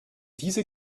diese